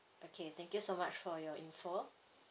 okay thank you so much for your info